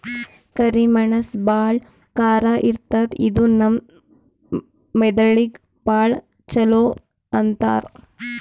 ಕರಿ ಮೆಣಸ್ ಭಾಳ್ ಖಾರ ಇರ್ತದ್ ಇದು ನಮ್ ಮೆದಳಿಗ್ ಭಾಳ್ ಛಲೋ ಅಂತಾರ್